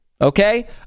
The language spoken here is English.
okay